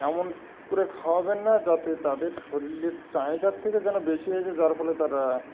এমন করে খাওয়াবেন না যাতে তাদের শরীরের চাহিদার থেকে যেন বেশি হয়ে যায় যার ফলে তারা